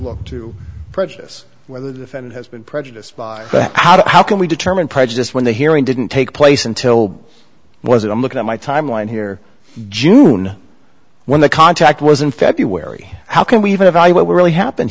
has to prejudice whether the defendant has been prejudiced but how can we determine prejudice when the hearing didn't take place until was it i'm looking at my timeline here june when the contact was in february how can we even if i were really happened